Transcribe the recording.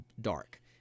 dark